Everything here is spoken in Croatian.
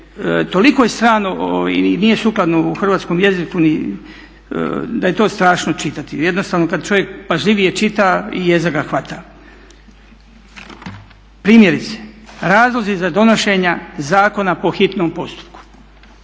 toliko je strano i nije sukladno u hrvatskom jeziku da je to strašno čitati. Jednostavno kada čovjek pažljivije čita jeza ga hvata. Primjerice, razlozi za donošenja zakona po hitnom postupku